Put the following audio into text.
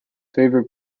favourite